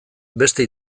beste